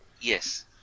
Yes